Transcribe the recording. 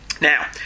Now